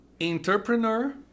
entrepreneur